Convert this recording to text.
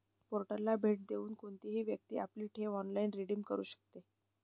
पोर्टलला भेट देऊन कोणतीही व्यक्ती आपली ठेव ऑनलाइन रिडीम करू शकते